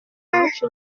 amuca